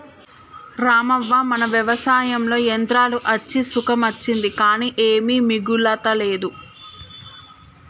రామవ్వ మన వ్యవసాయంలో యంత్రాలు అచ్చి సుఖం అచ్చింది కానీ ఏమీ మిగులతలేదు